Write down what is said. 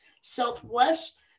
Southwest